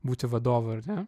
būti vadovu ar ne